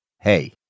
Hey